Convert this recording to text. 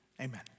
Amen